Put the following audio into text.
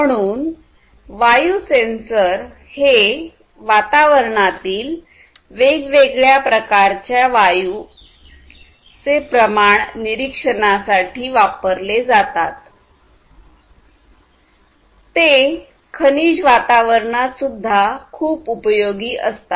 म्हणून वायु सेन्सर हे वातावरणातील वेगवेगळ्या प्रकारचे वायू प्रमाण निरीक्षणासाठी वापरले जातात ते खनिजवातावरणात सुद्धा खूप उपयोगी असतात